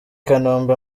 kanombe